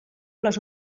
les